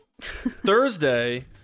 Thursday